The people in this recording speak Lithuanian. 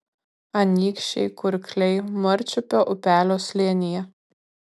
anykščiai kurkliai marčiupio upelio slėnyje